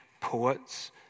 poets